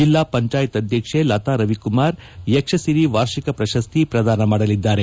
ಜಿಲ್ಲಾ ಪಂಚಾಯಿತಿ ಅಧ್ಯಕ್ಷೆ ಲತಾ ರವಿಕುಮಾರ್ ಯಕ್ಷಸಿರಿ ವಾರ್ಷಿಕ ಪ್ರಶಸ್ತಿ ಪ್ರದಾನ ಮಾಡಲಿದ್ದಾರೆ